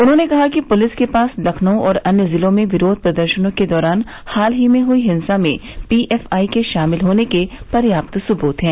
उन्होंने कहा कि पुलिस के पास लखनऊ और अन्य जिलों में विरोध प्रदर्शनों के दौरान हाल ही में हुई हिंसा में पीएफआई के शामिल होने के पर्याप्त सबूत हैं